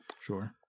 Sure